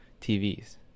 TVs